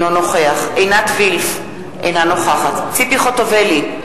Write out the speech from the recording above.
אינו נוכח עינת וילף, אינה נוכחת ציפי חוטובלי,